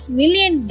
million